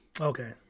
Okay